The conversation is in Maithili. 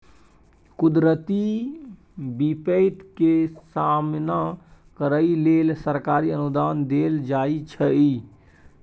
कुदरती बिपैत के सामना करइ लेल सरकारी अनुदान देल जाइ छइ